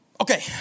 Okay